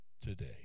today